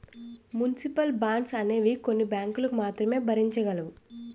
municipal bonds అనేవి కొన్ని బ్యాంకులు మాత్రమే భరించగలవు